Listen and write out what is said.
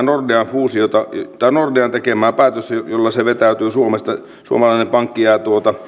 tätä nordean tekemää päätöstä jolla se vetäytyy suomesta suomalainen pankki jää